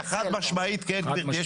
חד משמעית כן גבירתי,